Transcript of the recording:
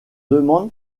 demandes